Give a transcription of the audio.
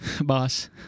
boss